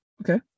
okay